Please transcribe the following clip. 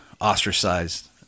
ostracized